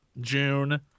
June